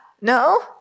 No